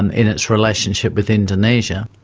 and in its relationship with indonesia.